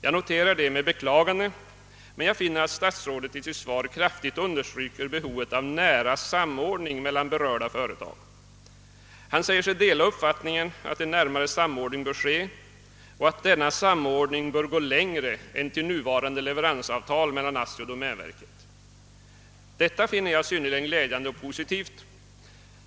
Jag noterar detta med beklagande, men finner att statsrådet i sitt svar kraftigt understryker behovet av en nära samordning mellan berörda företag. Han säger sig dela uppfattningen att en närmare samordning bör ske och att den bör gå längre än till nuvarande leveransavtal mellan ASSI och domänverket. Detta finner jag synnerligen glädjande och positivt.